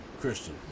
Christian